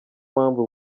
mpamvu